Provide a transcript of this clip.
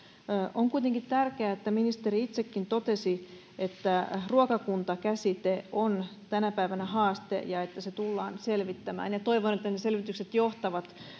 on kuitenkin tärkeää että ministeri itsekin totesi että ruokakuntakäsite on tänä päivänä haaste ja että se tullaan selvittämään toivon että ne selvitykset johtavat